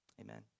Amen